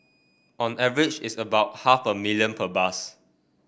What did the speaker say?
on average it's about half a million per bus